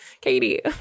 Katie